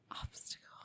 Obstacle